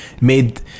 made